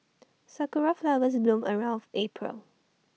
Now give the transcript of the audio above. Sakura Flowers bloom around April